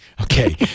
okay